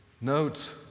Note